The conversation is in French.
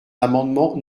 l’amendement